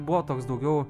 buvo toks daugiau